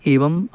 एवम्